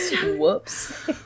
whoops